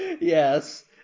Yes